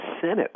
Senate